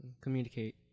communicate